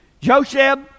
Joseph